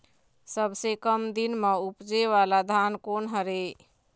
सबसे कम दिन म उपजे वाला धान कोन हर ये?